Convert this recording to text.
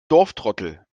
dorftrottel